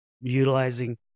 utilizing